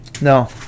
No